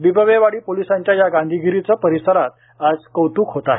बिबवेवाडी पोलिसांच्या या गांधीगिरीचं परिसरात आज कौतुक होत आहे